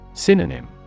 Synonym